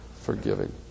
forgiving